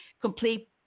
complete